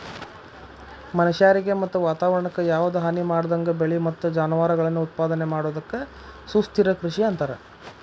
ಮನಷ್ಯಾರಿಗೆ ಮತ್ತ ವಾತವರಣಕ್ಕ ಯಾವದ ಹಾನಿಮಾಡದಂಗ ಬೆಳಿ ಮತ್ತ ಜಾನುವಾರಗಳನ್ನ ಉತ್ಪಾದನೆ ಮಾಡೋದಕ್ಕ ಸುಸ್ಥಿರ ಕೃಷಿ ಅಂತಾರ